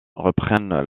reprennent